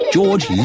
George